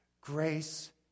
Grace